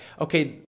okay